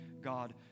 god